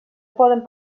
poden